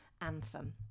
Anthem